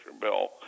bill